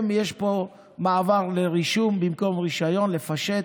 יש פה מעבר לרישום במקום רישיון, לפשט,